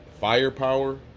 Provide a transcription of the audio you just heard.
firepower